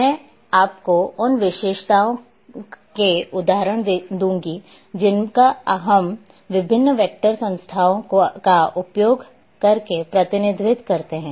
मैं आपको उन विशेषताओं के उदाहरण दूंगा जिनका हम विभिन्न वेक्टर संस्थाओं का उपयोग करके प्रतिनिधित्व करते हैं